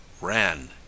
ran